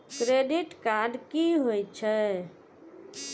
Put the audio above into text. Credit card की होय छै?